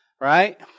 Right